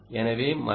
எனவே மற்றும்